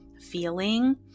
feeling